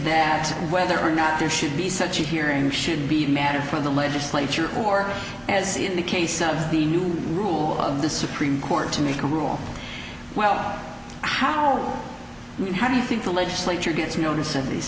that whether or not there should be such a hearing should be a matter for the legislature or as in the case of the new rule of the supreme court to make rule well how are you how do you think the legislature gets notice of these